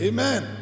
Amen